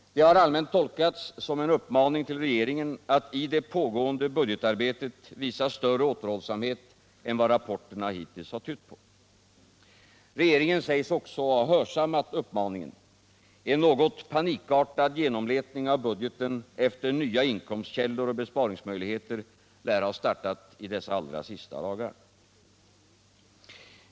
Det har allmänt tolkats som en uppmaning till regeringen att i det pågående budgetarbetet visa större återhållsamhet än vad rapporterna hittills tytt på. Regeringen sägs också ha hörsammat uppmaningen. En något panikartad genomletning av budgeten efter nya inkomstkällor och besparingsmöjligheter lär ha startat i dessa allra sista dagar.